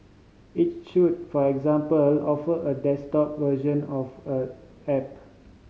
it should for example offer a desktop version of a app